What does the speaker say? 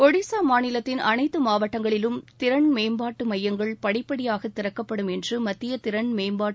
ஒடிஷா மாநிலத்தின் அனைத்து மாவட்டங்களிலும் திறன் மேம்பாட்டு மையங்கள் படிப்படியாக திறக்கப்படும் என்று மத்திய திறன்மேம்பாடு